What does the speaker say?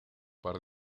par